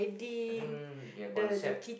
I think their concept